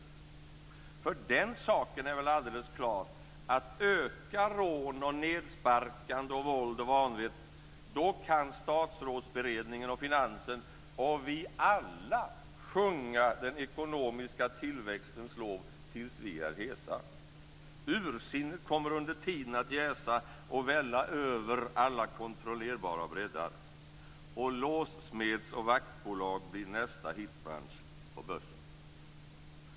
Om antalet rån, nedsparkande, våld och vanvett ökar så är det väl alldeles klart att Statsrådsberedningen, finansen och vi alla kan sjunga den ekonomiska tillväxtens lov tills vi är hesa. Ursinnet kommer under tiden att jäsa och välla över alla kontrollerbara bräddar. Och låssmeds och vaktbolag blir nästa hitbransch på börsen.